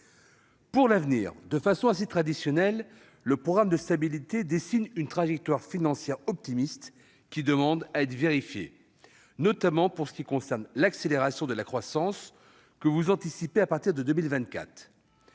Pour l'avenir, de façon assez traditionnelle, le programme de stabilité dessine une trajectoire financière optimiste, qui demande à être vérifiée, notamment pour ce qui concerne l'accélération de la croissance, que vous anticipez à partir de 2024.